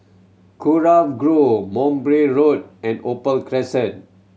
Kurau Grove Monbray Road and Opal Crescent